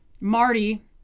Marty